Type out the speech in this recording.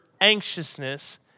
anxiousness